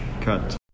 Cut